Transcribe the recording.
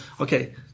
okay